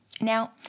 Now